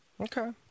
Okay